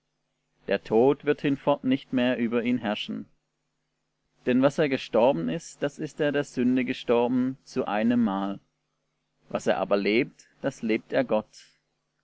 der tod wird hinfort nicht mehr über ihn herrschen denn was er gestorben ist das ist er der sünde gestorben zu einem mal was er aber lebt das lebt er gott